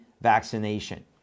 vaccination